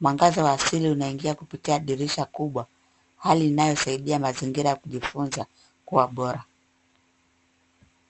Mwangaza wa asili unaingia kupitia dirisha kubwa hali inayosaidia mazingira ya kujifunza kwa bora.